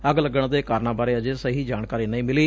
ਅੱਗ ਲੱਗਣ ਦੇ ਕਾਰਨਾਂ ਬਾਰੇ ਅਜੇ ਸਹੀ ਜਾਣਕਾਰੀ ਨਹੀਂ ਮਿਲੀ